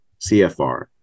CFR